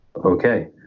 Okay